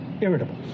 irritable